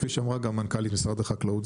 כפי שאמרה גם מנכ"לית משרד החקלאות,